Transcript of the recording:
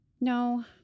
No